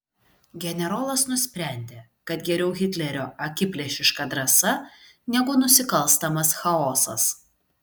generolas nusprendė kad geriau hitlerio akiplėšiška drąsa negu nusikalstamas chaosas